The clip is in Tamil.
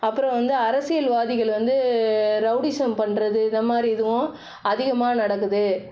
அப்புறம் வந்து அரசியல்வாதிகள் வந்து ரவுடிசம் பண்ணுறது இது மாதிரி இதுவும் அதிகமாக நடக்குது